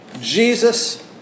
Jesus